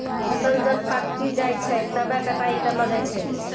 फसल जब पाक्की जाय छै तबै कटाई करलो जाय छै